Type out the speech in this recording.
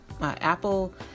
Apple